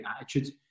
attitude